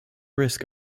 risk